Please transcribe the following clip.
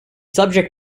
subject